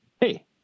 Hey